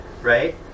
right